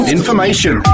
information